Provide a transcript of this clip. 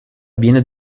avviene